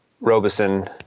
Robeson